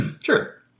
Sure